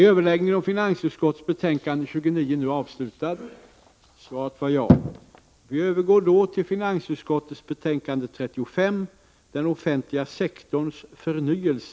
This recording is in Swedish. Kammaren övergår nu till att debattera finansutskottets betänkande 35 om den offentliga sektorns förnyelse.